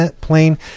plane